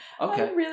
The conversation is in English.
Okay